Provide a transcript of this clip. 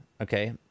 okay